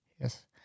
Yes